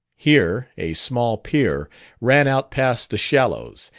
here a small pier ran out past the shallows,